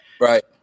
Right